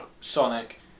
Sonic